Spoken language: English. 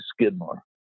Skidmore